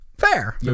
Fair